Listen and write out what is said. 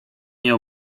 nie